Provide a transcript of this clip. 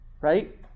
Right